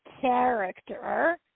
character